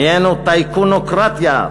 נהיינו טייקונוקרטיה,